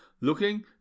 looking